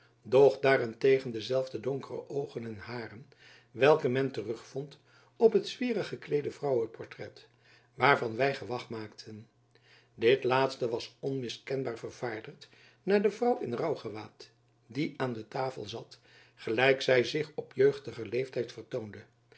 doch daarentegen diezelfde donkere oogen en hairen welke men terugvond op het zwierig gekleede vrouwenportret waarvan wy gewach maakten dit laatste was onmiskenbaar vervaardigd naar de vrouw in rouwgewaad die aan de tafel zat gelijk zy zich op jeugdiger leeftijd vertoonde